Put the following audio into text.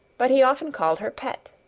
but he often called her pet.